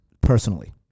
personally